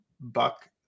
buck